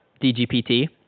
DGPT